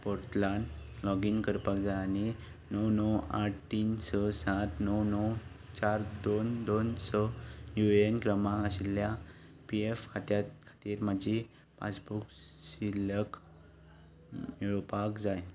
पोर्टलांत लॉगीन करपाक जाय आनी णव णव आठ तीन स सात णव णव चार दोन दोन स युएएन क्रमांक आशिल्ल्या पीएफ खात्या खातीर म्हाजी पासबुक शिल्लक मेळोवपाक जाय